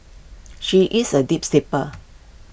she is A deep sleeper